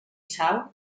sal